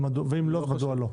ואם לא, אז מדוע לא?